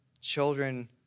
Children